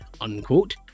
unquote